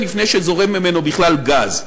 לפני שזורם ממנו בכלל גז.